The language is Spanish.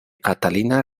catalina